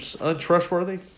untrustworthy